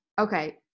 okay